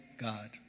God